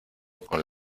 con